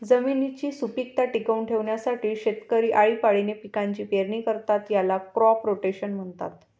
जमिनीची सुपीकता टिकवून ठेवण्यासाठी शेतकरी आळीपाळीने पिकांची पेरणी करतात, याला क्रॉप रोटेशन म्हणतात